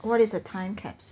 what is a time capsule